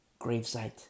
gravesite